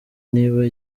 niba